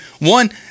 One